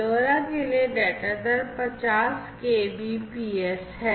LoRa के लिए data दर 50 केबीपीएस है